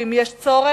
ואם יש צורך,